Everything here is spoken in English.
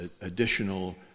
additional